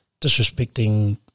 disrespecting